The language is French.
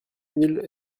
mille